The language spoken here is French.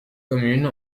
commune